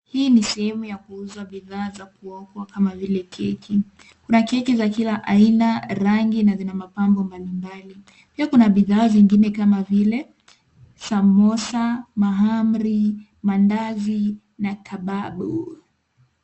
Hii ni sehemu ya kuuza bidhaa za kuokwa kama vile keki. Kuna keki za kila aina, rangi na zina mapambo mbali mbali. Pia kuna bidhaa zingine kama vile samosa , mahamri, mandazi na kababu.